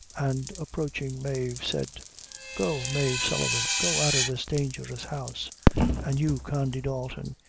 and approaching mave, said go, mave sullivan go out of this dangerous house and you, condy dalton,